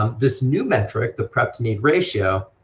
um this new metric, the prep-to-need ratio,